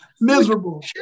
miserable